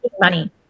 money